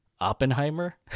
Oppenheimer